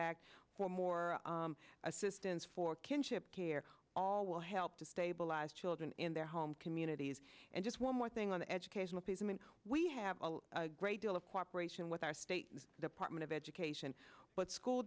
act for more assistance for kinship care all will help to stabilize children in their home communities and just one more thing on the educational piece i mean we have a great deal of cooperation with our state department of education but school